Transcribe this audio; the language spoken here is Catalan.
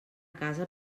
casa